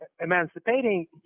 emancipating